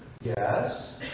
yes